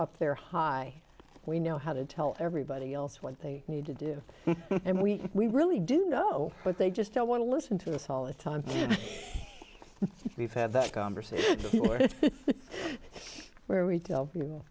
up there high we know how to tell everybody else what they need to do and we really do know but they just don't want to listen to us all the time we've had that conversation where we tell you